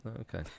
Okay